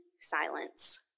silence